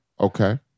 Okay